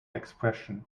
expression